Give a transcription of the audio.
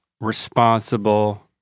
responsible